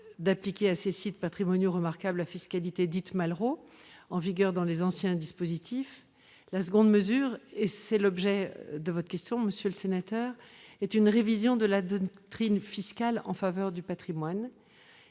d'appliquer à ces sites patrimoniaux remarquables la fiscalité dite « Malraux », en vigueur dans les anciens dispositifs. La seconde mesure- c'est l'objet de votre question, monsieur le sénateur -consiste en une révision de la doctrine fiscale en faveur du patrimoine.